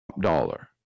dollar